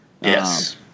Yes